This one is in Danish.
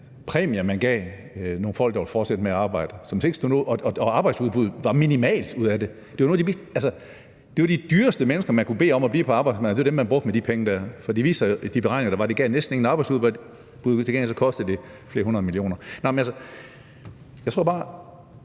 præmie, man gav nogle folk, der var fortsat med at arbejde, og det var et minimalt arbejdsudbud, man fik ud af det. Altså, det var de dyreste mennesker, man kunne bede om at blive på arbejdsmarkedet; det var dem, man ville bruge de der penge på. For det viste sig i de beregninger, der var, at det næsten ikke gav noget arbejdsudbud, men at det til gengæld kostede flere hundrede millioner kroner. For mig er det bare